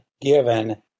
given